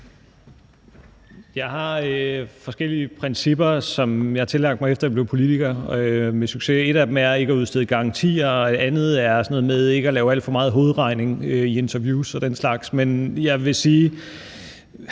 Jeg har forskellige principper, som jeg med succes har tillagt mig, efter jeg er blevet politiker. Et af dem er ikke at udstede garantier. Et andet er sådan noget med ikke at lave alt for meget hovedregning i interviews og den slags. Men jeg vil sige,